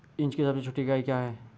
Inch की सबसे छोटी इकाई क्या है?